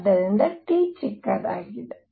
ಆದ್ದರಿಂದ T ಚಿಕ್ಕದಾಗಿದೆ